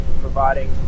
providing